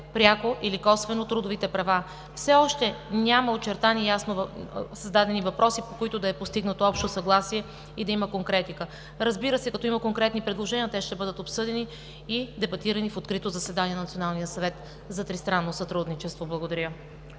пряко или косвено трудовите права. Все още няма ясно зададени въпроси, по които да е постигнато общо съгласие и да има конкретика. Разбира се, като има конкретни предложения, те ще бъдат обсъдени и дебатирани в открито заседание в Националния съвет за тристранно сътрудничество. Благодаря.